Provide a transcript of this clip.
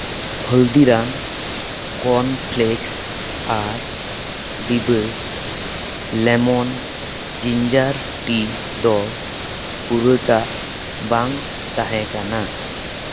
ᱦᱚᱞᱫᱤᱨᱟᱢ cornflakes ᱟᱨ ᱰᱤᱵᱟᱹ lemon ginger tea ᱫᱚ ᱯᱩᱨᱴᱷᱟᱹ ᱵᱟᱝ ᱛᱟᱦᱮᱸ ᱠᱟᱱᱟ